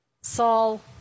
Saul